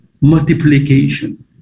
multiplication